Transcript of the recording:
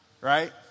right